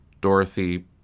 Dorothy